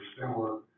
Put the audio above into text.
similar